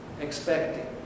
expecting